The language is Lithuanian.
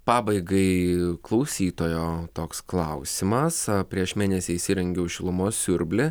pabaigai klausytojo toks klausimas prieš mėnesį įsirengiau šilumos siurblį